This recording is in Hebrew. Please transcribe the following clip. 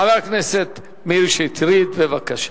חבר הכנסת מאיר שטרית, בבקשה.